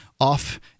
off